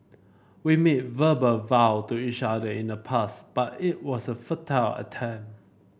we made verbal vow to each other in the past but it was a futile attempt